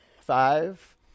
Five